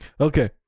Okay